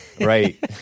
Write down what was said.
right